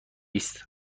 است